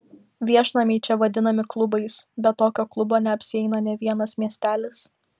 viešnamiai čia vadinami klubais be tokio klubo neapsieina nė vienas miestelis